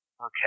Okay